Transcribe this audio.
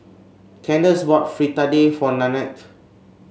Kandace bought Fritada for Nannette